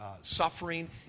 suffering